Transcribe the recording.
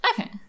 Okay